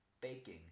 baking